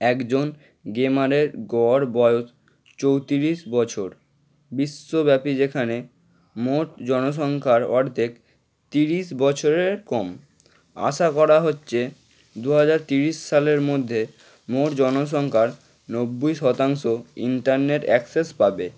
একজন গেমারের গড় বয়স চৌত্রিশ বছর বিশ্বব্যাপী যেখানে মোট জনসংখ্যার অর্ধেক তিরিশ বছরের কম আশা করা হচ্ছে দু হাজার তিরিশ সালের মধ্যে মোট জনসংখ্যার নব্বই শতাংশ ইন্টারনেট অ্যাক্সেস পাবে